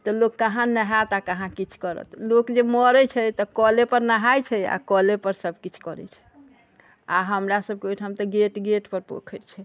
तऽ लोक कहाँ नहाएत आ कहाँ किछु करत लोक जे मरै छै तऽ कले पर नहाए छै आ कले पर सबकिछु करै छै आ हमरासबके ओहिठाम तऽ गेट गेट पर पोखरि छै